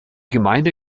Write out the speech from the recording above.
gemeinde